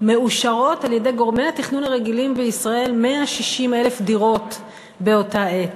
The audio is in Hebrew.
על-ידי גורמי התכנון הרגילים בישראל 160,000 דירות באותה עת,